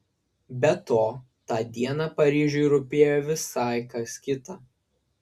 be to tą dieną paryžiui rūpėjo visai kas kita